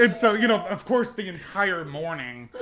and so, you know of course the entire morning,